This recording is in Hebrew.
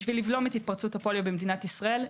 כדי לבלום את התפרצות הפוליו במדינת ישראל,